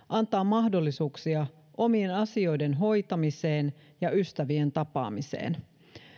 antaa mahdollisuuksia omien asioiden hoitamiseen ja ystävien tapaamiseen